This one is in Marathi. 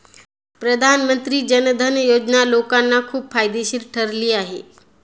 प्रधानमंत्री जन धन योजना लोकांना खूप फायदेशीर ठरली आहे